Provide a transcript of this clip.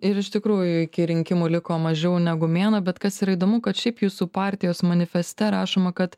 ir iš tikrųjų iki rinkimų liko mažiau negu mėnuo bet kas yra įdomu kad šiaip jūsų partijos manifeste rašoma kad